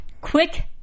Quick